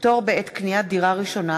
פטור בעת קניית דירה ראשונה),